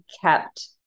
kept